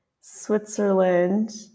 Switzerland